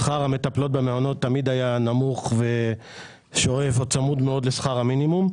שכר המטפלות במעונות תמיד היה נמוך ושואף או צמוד מאוד לשכר המינימום.